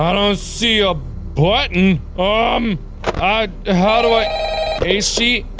um don't see a button um ah how do i ac?